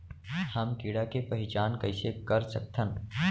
हम कीड़ा के पहिचान कईसे कर सकथन